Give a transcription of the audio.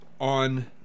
on